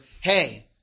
hey